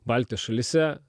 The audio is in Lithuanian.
baltijos šalyse